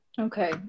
Okay